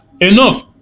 enough